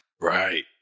Right